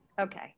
Okay